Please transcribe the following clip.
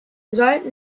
sollten